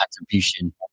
attribution